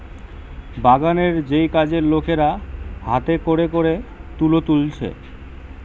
বাগানের যেই কাজের লোকেরা হাতে কোরে কোরে তুলো তুলছে